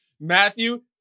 Matthew